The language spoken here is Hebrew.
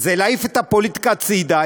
זה להעיף את הפוליטיקה הצידה,